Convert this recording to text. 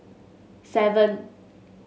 seven